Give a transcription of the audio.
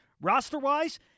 roster-wise